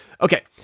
Okay